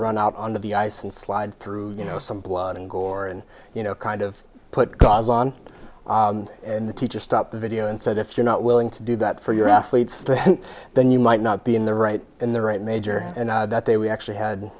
run out on the ice and slide through you know some blood and gore and you know kind of put gaza on and the teacher stopped the video and said if you're not willing to do that for your then you might not be in the right in the right major and that they we actually had